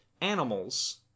animals